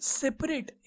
separate